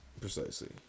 Precisely